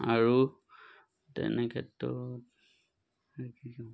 আৰু তেনেক্ষেত্ৰত